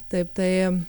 taip tai